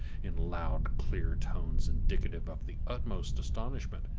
in loud, clear tones indicative of the utmost astonishment,